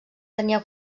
tenia